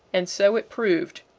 and so it proved.